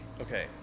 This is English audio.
Okay